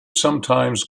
sometimes